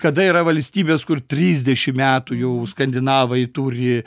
kada yra valstybės kur trisdešim metų jau skandinavai turi